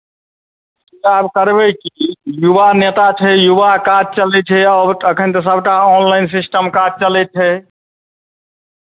आब करबै की युवा नेता छै युवा काज चलै छै आओर एखन तऽ सभटा ऑनलाइन सिस्टम काज चलै छै